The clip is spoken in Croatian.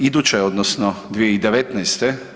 Iduće odnosno 2019.